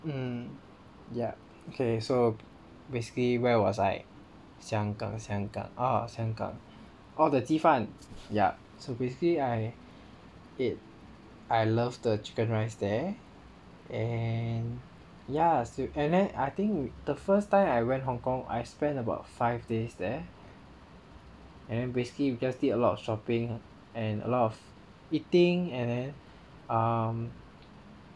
mm ya okay so basically where was I 香港香港 ah 香港 orh the 鸡饭 yup so basically I eat I love the chicken rice there and ya so and then I think the first time I went Hong-Kong I spend about five days there and then basically you just did a lot of shopping and a lot of eating and then hmm